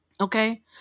Okay